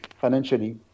financially